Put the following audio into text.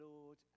Lord